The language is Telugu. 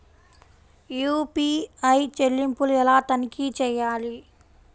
యూ.పీ.ఐ చెల్లింపులు ఎలా తనిఖీ చేయాలి?